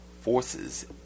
forces